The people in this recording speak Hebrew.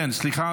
סליחה.